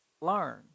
learn